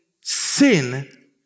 sin